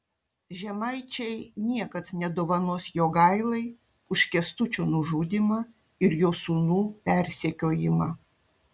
žemaičiai niekad nedovanos jogailai už kęstučio nužudymą ir jo sūnų persekiojimą